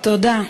תודה.